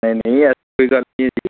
नेईं नेईं ऐसी कोई गल्ल नेईं ऐ भाई